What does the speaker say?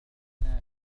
إننا